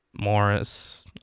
Morris